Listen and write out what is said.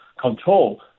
control